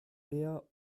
eher